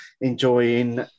enjoying